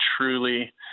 truly